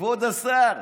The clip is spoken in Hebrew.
כבוד השר,